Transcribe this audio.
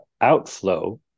outflow